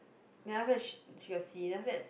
then after she she got see then after that